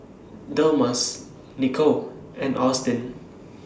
Delmas Nikko and Austyn